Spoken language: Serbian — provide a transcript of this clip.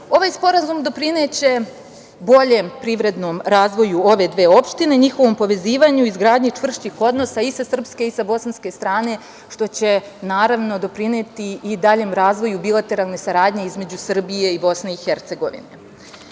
sporazum doprineće boljem privrednom razvoju ove dve opštine, njihovom povezivanju, izgradnji čvršćih odnosa i sa srpske i sa bosanske strane, što će doprineti i daljem razvoju bilateralne saradnje između Srbije i BiH.S obzirom na